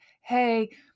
hey